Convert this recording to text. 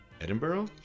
Edinburgh